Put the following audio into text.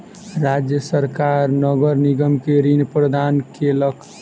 राज्य सरकार नगर निगम के ऋण प्रदान केलक